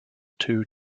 two